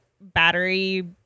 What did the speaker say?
battery